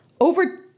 over